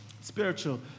Spiritual